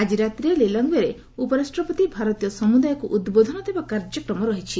ଆଜି ରାତିରେ ଲିଲଙ୍ଗଓ୍ବେରେ ଉପରାଷ୍ଟ୍ରପତି ଭାରତୀୟ ସମୁଦାୟକୁ ଉଦ୍ବୋଧନ ଦେବା କାର୍ଯ୍ୟକ୍ରମ ରହିଛି